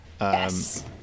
Yes